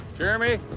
jeremy?